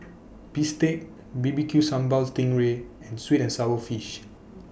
Bistake B B Q Sambal Sting Ray and Sweet and Sour Fish